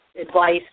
advice